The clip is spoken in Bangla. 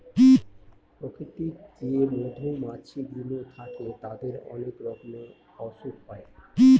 প্রাকৃতিক যে মধুমাছি গুলো থাকে তাদের অনেক রকমের অসুখ হয়